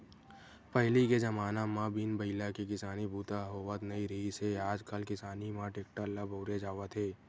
पहिली के जमाना म बिन बइला के किसानी बूता ह होवत नइ रिहिस हे आजकाल किसानी म टेक्टर ल बउरे जावत हे